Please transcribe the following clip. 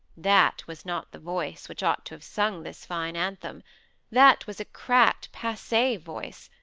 that was not the voice which ought to have sung this fine anthem that was a cracked, passee voice,